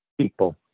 people